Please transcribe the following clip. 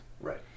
Right